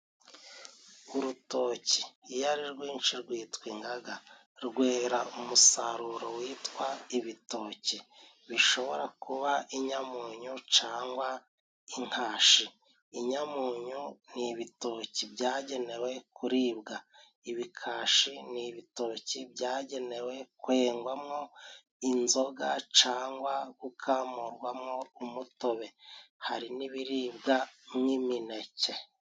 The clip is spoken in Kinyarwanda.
Urutoki iyo ari rwinshi rwitwa ingaga, rwera umusaruro witwa ibitoke bishobora kuba inyamunyo cangwa inkashi. Inyamunyo ni ibitoki byagenewe Kuribwa, ibikashi ni ibitoki byagenewe kwengwamo inzoga cangwa gukamurwamo umutobe hari n'ibiribwamo imineke.